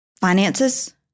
Finances